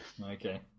Okay